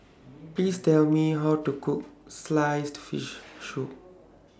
Please Tell Me How to Cook Sliced Fish Soup